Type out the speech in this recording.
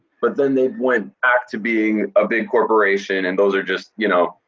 but then they went back to being a big corporation and those are just y'know,